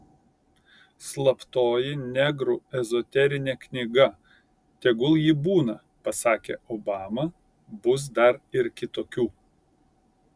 slaptoji negrų ezoterinė knyga tegul ji būna pasakė obama bus dar ir kitokių